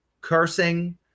cursing